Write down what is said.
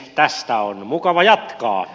tästä on mukava jatkaa